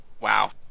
wow